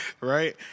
right